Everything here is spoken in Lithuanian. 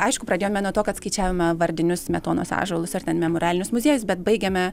aišku pradėjome nuo to kad skaičiavome vardinius smetonos ąžuolus ar ten memorialinius muziejus bet baigėme